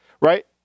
right